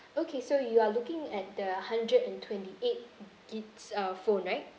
okay so you are looking at the hundred and twenty eight gigs uh phone right